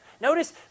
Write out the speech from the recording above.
Notice